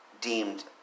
deemed